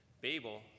Babel